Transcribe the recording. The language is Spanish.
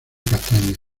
castaños